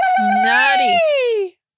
Naughty